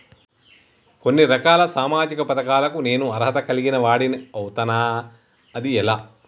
కొన్ని రకాల సామాజిక పథకాలకు నేను అర్హత కలిగిన వాడిని అవుతానా? అది ఎలా?